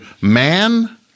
Man